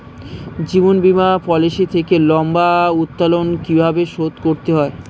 জীবন বীমা পলিসি থেকে লম্বা উত্তোলন কিভাবে শোধ করতে হয়?